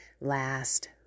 last